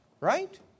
Right